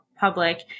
public